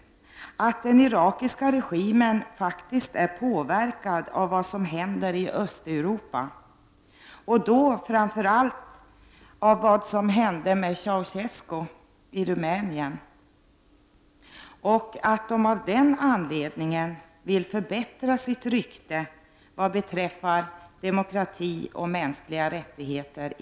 Den irakiska regimen är påverkad av vad som händer i Östeuropa, och då framför allt av vad som hände med Ceausescu i Rumänien, och vill av den anledningen förbättra sitt rykte inför omvärlden vad beträffar demokrati och mänskliga rättigheter.